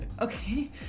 Okay